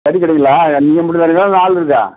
கறி கடைங்களா நீங்கள் மட்டும் தான் இருக்கீங்களா இல்லை ஆள் இருக்கா